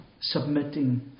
submitting